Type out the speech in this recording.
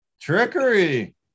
Trickery